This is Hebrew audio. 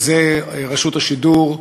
וזה רשות השידור,